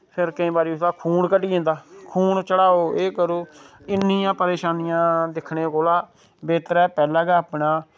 फिर केंई बार खून घटी जंदा खून चढ़ाओ एह् करो इन्नियां परेशानियां दिक्खने कोला बेहतर ऐ पैह्लें गै अपना